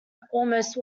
almost